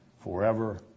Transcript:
forever